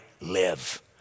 live